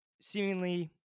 seemingly